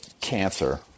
cancer